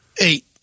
Eight